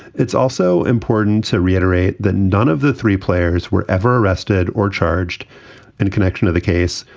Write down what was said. it's also important to reiterate that none of the three players were ever arrested or charged in connection to the case.